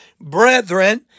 brethren